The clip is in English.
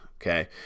Okay